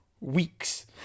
weeks